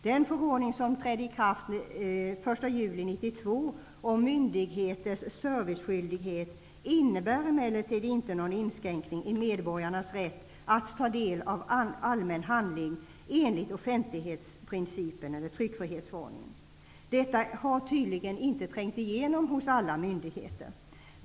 Den förordning som trädde i kraft den 1 juli 1992 om myndigheters serviceskyldighet innebär emellertid inte någon inskränkning i medborgarnas rätt att ta del av allmän handling enligt offentlighetsprincipen eller enligt tryckfrihetsförordningen. Detta har tydligen inte trängt igenom hos alla myndigheter.